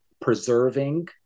preserving